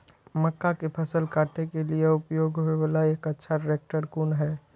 मक्का के फसल काटय के लिए उपयोग होय वाला एक अच्छा ट्रैक्टर कोन हय?